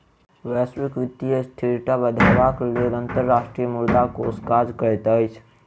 वैश्विक वित्तीय स्थिरता बढ़ेबाक लेल अंतर्राष्ट्रीय मुद्रा कोष काज करैत अछि